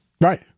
Right